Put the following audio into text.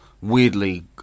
weirdly